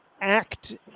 act